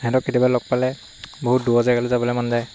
সিহঁতক কেতিয়াবা লগ পালে বহুত দূৰৰ জাগালৈ যাবলৈ মন যায়